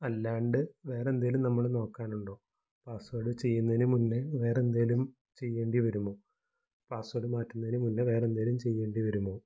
അല്ലാണ്ട് വേറെന്തേലും നമ്മള് നോക്കാനുണ്ടോ പാസ്വേഡ് ചെയ്യുന്നേന് മുന്നെ വേറെ എന്തേലും ചെയ്യേണ്ടി വരുമോ പാസ്വേഡ് മാറ്റുന്നതിന് മുന്നെ വേറെന്തേലും ചെയ്യേണ്ടി വരുമോ